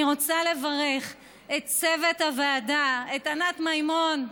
אני רוצה לברך את צוות הוועדה: את ענת מימון,